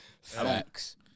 Facts